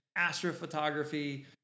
astrophotography